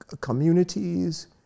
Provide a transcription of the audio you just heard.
communities